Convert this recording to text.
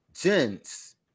Gents